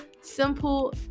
simple